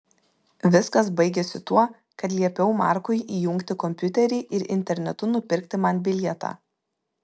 viskas baigėsi tuo kad liepiau markui įjungti kompiuterį ir internetu nupirkti man bilietą